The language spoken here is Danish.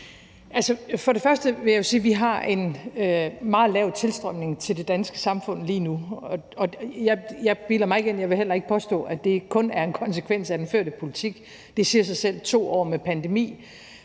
Først og fremmest vil jeg sige, at vi jo har en meget lav tilstrømning til det danske samfund lige nu. Jeg bilder mig ikke ind, og jeg vil heller ikke påstå det, at det kun er en konsekvens af den førte politik. Det siger sig selv, at 2 år med pandemi